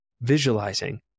visualizing